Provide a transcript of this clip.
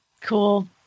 Cool